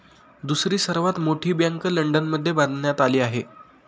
दुसरी सर्वात मोठी बँक लंडनमध्ये बांधण्यात आली आहे